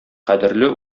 кадерле